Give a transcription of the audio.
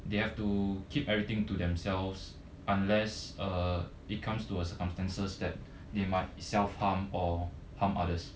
they have to keep everything to themselves unless uh it comes to a circumstances that they might self harm or harm others